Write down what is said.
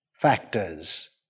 factors